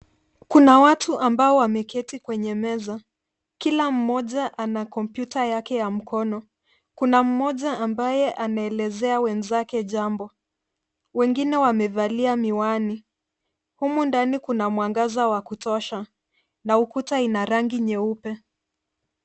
Kuna watu ambao wameketi kwenye meza. Kila mmoja ana kompyuta yake ya mkono. Kuna mmoja ambaye anaelezea wenzake jambo. Wengine wamevalia miwani. Humu ndani kuna mwangaza wa kutosha na ukuta ina rangi nyeupe.